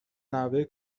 نحوه